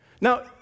Now